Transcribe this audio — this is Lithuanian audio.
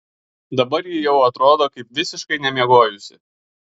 dabar ji jau atrodo kaip visiškai nemiegojusi